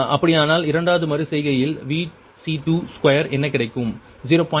அப்படியானால் இரண்டாவது மறு செய்கையில் Vc22 என்ன கிடைக்கும் 0